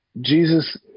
Jesus